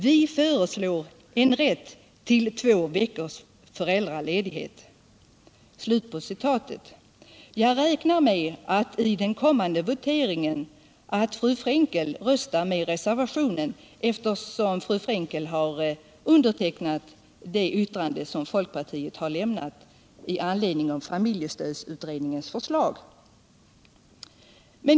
Vi föreslår en rätt till två veckors föräldraledighet.” Jag räknar med att fru Frenkel röstar med reservationen, eftersom fru Frenkel har undertecknat det yttrande som Folkpartiets kvinnoförbund lämnat med anledning av familjestödsutredningens förslag.